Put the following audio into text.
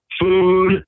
food